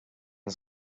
and